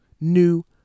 new